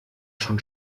schon